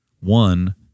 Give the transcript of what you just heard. one